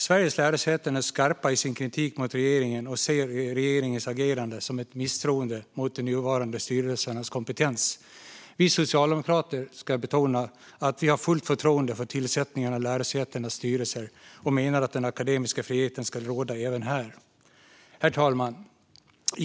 Sveriges lärosäten är skarpa i sin kritik mot regeringen och ser regeringens agerande som ett misstroende mot de nuvarande styrelsernas kompetens. Vi socialdemokrater har fullt förtroende för tillsättningen av lärosätenas styrelser, och vi menar att den akademiska friheten ska råda även här. Herr talman!